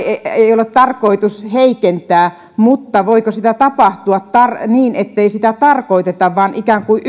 ei ei ole tarkoitus heikentää mutta voiko sitä tapahtua niin ettei sitä tarkoiteta vaan ikään kuin